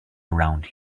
around